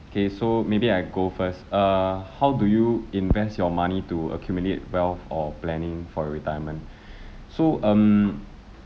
okay so maybe I go first err how do you invest your money to accumulate wealth or planning for retirement so um